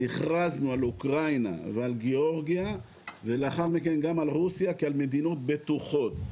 הכרזנו על אוקראינה ועל גיאורגיה ולאחר מכן גם על רוסיה כמדינות בטוחות.